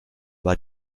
war